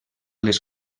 les